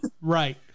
right